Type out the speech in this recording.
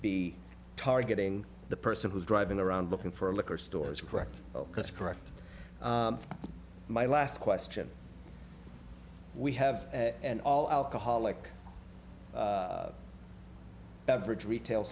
be targeting the person who's driving around looking for a liquor stores correct correct my last question we have and all alcoholic beverage retail